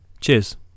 cheers